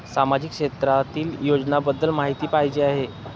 सामाजिक क्षेत्रातील योजनाबद्दल माहिती पाहिजे आहे?